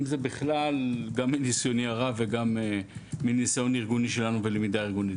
אם זה בכלל גם מניסיוני הרב וגם מניסיוני ארגוני שלנו בלמידה ארגונית,